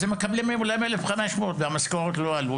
אז הם מקבלים היום אולי 1,500 והמשכורות לא עלו,